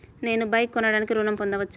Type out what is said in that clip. నేను బైక్ కొనటానికి ఋణం పొందవచ్చా?